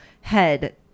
head